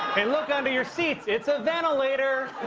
look under your seats, it's a ventilator!